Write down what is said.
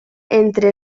entre